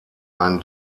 ein